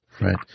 Right